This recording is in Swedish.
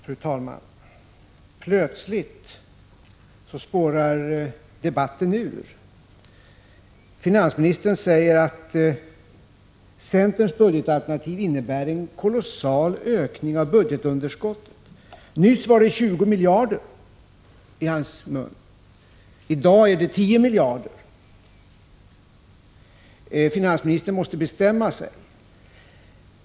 Fru talman! Plötsligt spårar debatten ur. Finansministern säger att centerns budgetalternativ innebär en kolossal ökning av budgetunderskottet. Nyss var det enligt ett uttalande 20 miljarder nu är det 10 miljarder. Finansministern måste bestämma sig.